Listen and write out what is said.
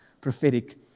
Prophetic